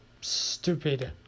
stupid